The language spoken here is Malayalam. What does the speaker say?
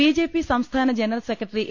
ബി ജെ പി സംസ്ഥാന ജന്ദ്രറൽ സെക്രട്ടറി എ